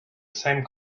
same